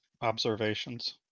observations